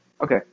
Okay